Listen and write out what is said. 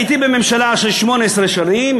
הייתי בממשלה של 18 שרים,